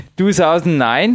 2009